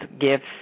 gifts